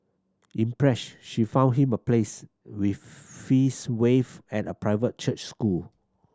impressed she found him a place with fees waived at a private church school